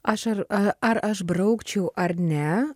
aš ar ar aš braukčiau ar ne